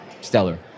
stellar